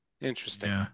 interesting